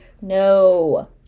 no